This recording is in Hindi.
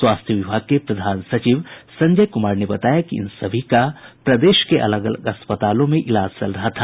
स्वास्थ्य विभाग के प्रधान सचिव संजय कुमार ने बताया कि इन सभी का प्रदेश के अलग अलग अस्पतालों में इलाज चल रहा था